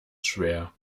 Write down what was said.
schwer